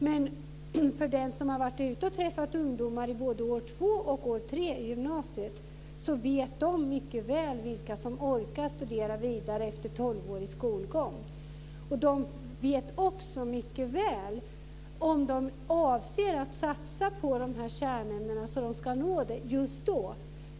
Men den som varit ute och träffat ungdomar i både år 2 och år 3 på gymnasiet kan tala om att dessa mycket väl vet vilka som orkar studera vidare efter tolvårig skolgång. De vet också mycket väl om de avser att satsa på kärnämnena så att de kan nå detta just då.